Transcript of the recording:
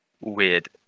weird